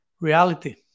reality